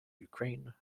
ukraine